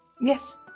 Yes